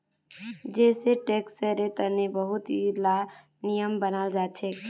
जै सै टैक्सेर तने बहुत ला नियम बनाल जाछेक